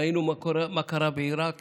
ראינו מה קרה בעיראק